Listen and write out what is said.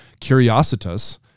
curiositas